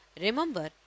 remember